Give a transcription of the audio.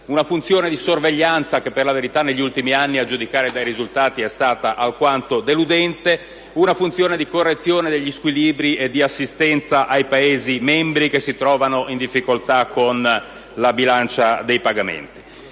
una funzione di sorveglianza che per la verità negli ultimi anni, a giudicare dai risultati, è stata alquanto deludente, una funzione di correzione degli squilibri e di assistenza ai Paesi membri che si trovano in difficoltà con la bilancia dei pagamenti.